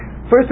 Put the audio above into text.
first